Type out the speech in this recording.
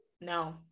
no